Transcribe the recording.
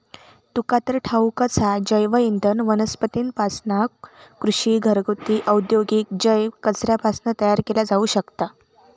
तुका तर ठाऊकच हा, जैवइंधन वनस्पतींपासना, कृषी, घरगुती, औद्योगिक जैव कचऱ्यापासना तयार केला जाऊ शकता